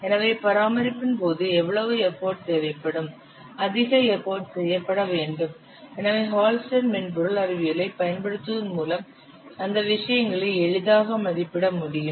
எனவே பராமரிப்பின் போது எவ்வளவு எஃபர்ட் தேவைப்படும் அதிக எஃபர்ட் செய்யப்பட வேண்டும் எனவே ஹால்ஸ்டெட் மென்பொருள் அறிவியலைப் பயன்படுத்துவதன் மூலம் அந்த விஷயங்களை எளிதாக மதிப்பிட முடியும்